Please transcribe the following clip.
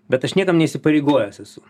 bet aš niekam neįsipareigojęs esu